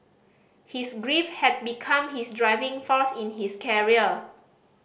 his grief had become his driving force in his carrier